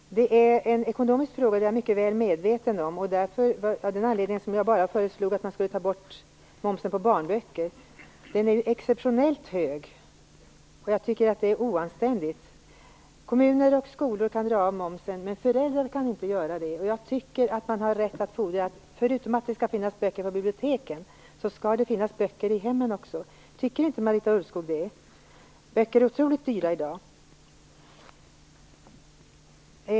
Det är en ekonomisk fråga, vilket jag är mycket väl medveten om. Det var av den anledningen som jag bara föreslog att man skulle ta bort momsen på barnböcker. Den är exceptionellt hög, och det är oanständigt. Kommuner och skolor kan dra av momsen, men föräldrar kan inte göra det. Jag tycker att man har rätt att fordra, förutom att det skall finnas böcker på biblioteken, att det skall finnas böcker i hemmen. Tycker inte Marita Ulvskog det? Böcker är otroligt dyra i dag.